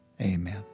amen